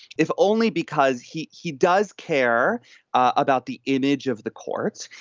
if only because he he does care about the image of the courts.